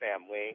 family